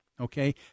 Okay